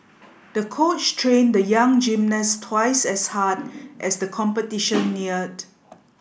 the coach trained the young gymnast twice as hard as the competition neared